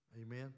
Amen